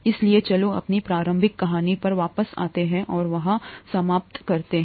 इसलिए चलो अपनी प्रारंभिक कहानी पर वापस आते हैं और वहां समाप्त होते हैं